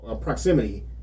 Proximity